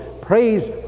Praise